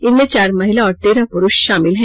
इनमें चार महिला और तेरह पुरुष शामिल हैं